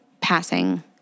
passing